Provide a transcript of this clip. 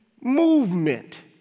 movement